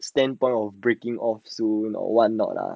standpoint of breaking off soon or [what] not lah